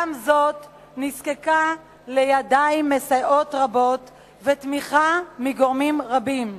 גם זאת נזקקה לידיים מסייעות רבות ולתמיכה מגורמים רבים.